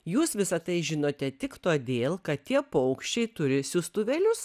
jūs visa tai žinote tik todėl kad tie paukščiai turi siųstuvėlius